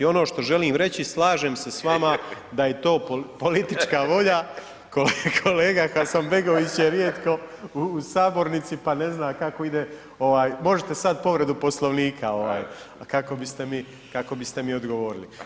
Ono što želim reći, slažem se s vama da je to politička volja, kolega Hasanbegović je rijetko u sabornici, pa ne zna kako ide ovaj, možete sad povredu Poslovnika kako biste mi odgovorili.